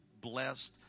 blessed